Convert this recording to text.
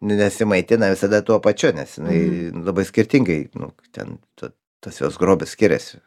nesimaitina visada tuo pačiu nes jinai labai skirtingai nu ten ta tas jos grobis skiriasi